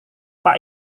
pak